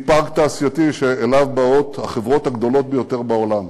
עם פארק תעשייתי שאליו באות החברות הגדולות ביותר בעולם.